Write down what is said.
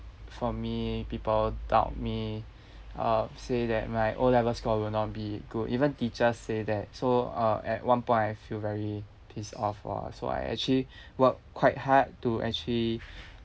for me people doubt me uh say that my O level score will not be good even teachers say that so uh at one point I feel very pissed off lor so I actually work quite hard to actually